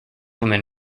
women